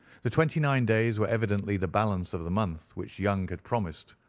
the twenty-nine days were evidently the balance of the month which young had promised.